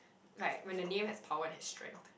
like when the name has power and has strength